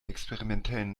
experimentellen